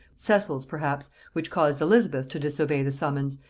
cecil's perhaps, which caused elizabeth to disobey the summons,